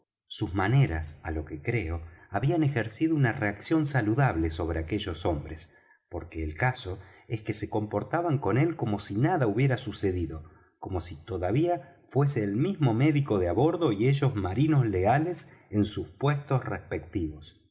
sus maneras á lo que creo habían ejercido una reacción saludable sobre aquellos hombres porque el caso es que se comportaban con él como si nada hubiera sucedido como si todavía fuese el mismo médico de á bordo y ellos marinos leales en sus puestos respectivos